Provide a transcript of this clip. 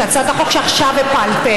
את הצעת החוק שעכשיו הפלתם,